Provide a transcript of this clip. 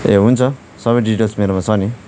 ए हुन्छ सबै डिटेल्स मेरोमा छ नि